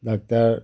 doctor